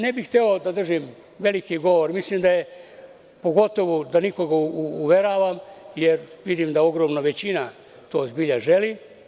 Ne bih hteo da držim veliki govor, pogotovo da nikoga uveravam, jer vidim da ogromna većina to zbilja želi.